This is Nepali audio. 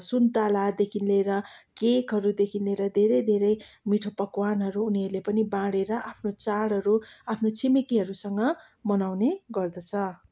सुन्तलादेखि लिएर केकहरूदेखि लिएर धेरै धेरै मिठो पकवानहरू उनीहरूले पनि बाँडेर आफ्नो चाडहरू आफ्नो छिमेकीहरूसँग मनाउने गर्दछ